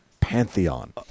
pantheon